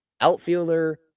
outfielder